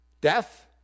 death